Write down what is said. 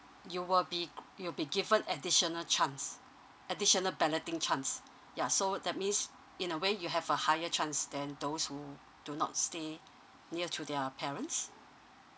you will be you'll be given additional chance additional balloting chance yeah so that means in a way you have a higher chance than those who do not stay near to their parents